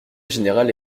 générale